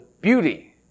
Beauty